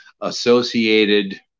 associated